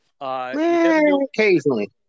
Occasionally